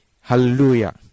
hallelujah